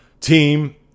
team